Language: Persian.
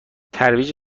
ترویج